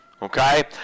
Okay